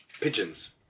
Pigeons